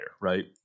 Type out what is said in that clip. right